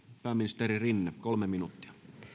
pääministeri rinne kolme minuuttia